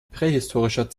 prähistorischer